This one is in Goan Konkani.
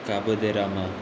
काबदे रामा